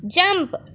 jump